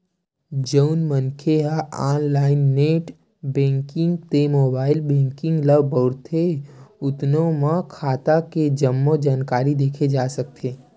जउन मनखे ह ऑनलाईन नेट बेंकिंग ते मोबाईल बेंकिंग ल बउरथे तउनो म खाता के जम्मो जानकारी देखे जा सकथे